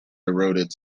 eroded